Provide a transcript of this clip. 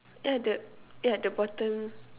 yeah the yeah the bottom